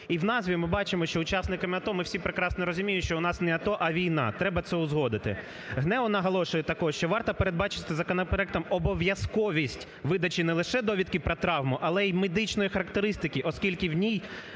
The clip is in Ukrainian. І в назві ми бачимо, що учасникам АТО, ми всі прекрасно розуміємо, що у нас не АТО, а війна, треба це узгодити. ГНЕУ наголошує також, що варто передбачити законопроектом обов'язковість видачі не лише довідки про травму, але і медичної характеристики, оскільки в ній